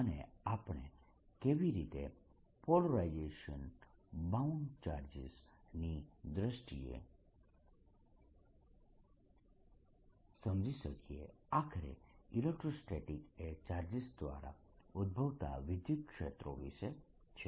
અને આપણે કેવી રીતે પોલરાઇઝેશનને બાઉન્ડ ચાર્જીસ ની દ્રષ્ટિએ સમજી શકીએ આખરે ઇલેક્ટ્રોસ્ટેટિક્સ એ ચાર્જીસ દ્વારા ઉદભવતા વિદ્યુતક્ષેત્રો વિશે છે